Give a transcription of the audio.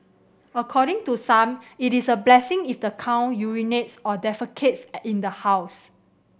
according to some it is a blessing if the cow urinates or defecates in the house